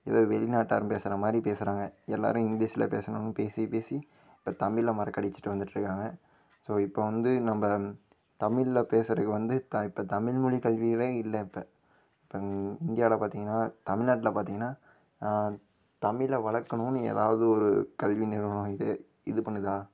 ஏதோ வெளிநாட்டார் பேசுறமாதிரி பேசுகிறாங்க எல்லாரும் இங்கிலீஷில் பேசணும் பேசி பேசி இப்போ தமிழை மறக்க அடிச்சிவிட்டு வந்துவிட்டு இருக்காங்க ஸோ இப்போ வந்து நம்ம தமிழில் பேசுகிறதுக்கு வந்து த இப்போ தமிழ் மொழிக்கல்விகளே இல்லை இப்போ இப்போ இந்தியாவில பார்த்திங்கனா தமிழ்நாட்ல பார்த்திங்கனா தமிழை வளர்க்கணும்னு ஏதாவது ஒரு கல்வி நிறுவனம் வந்து இது பண்ணுதா